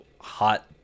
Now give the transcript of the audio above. hot